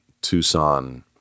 Tucson